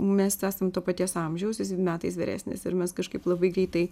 mes esam to paties amžiaus metais vyresnis ir mes kažkaip labai greitai